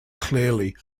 clearly